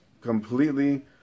completely